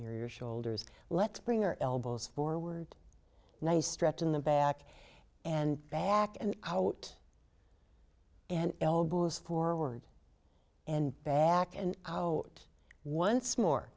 near your shoulders let's bring our elbows forward nice stretch in the back and back and out and elbows forward and back and out once more